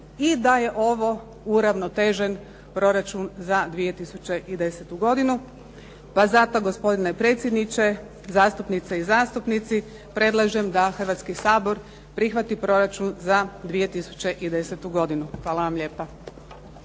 i da je ovo uravnotežen proračun za 2010. godinu pa zato gospodine predsjedniče, zastupnice i zastupnici predlažem da Hrvatski sabor prihvati proračun za 2010. godinu. Hvala vam lijepa.